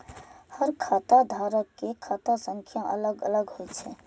हर खाता धारक के खाता संख्या अलग अलग होइ छै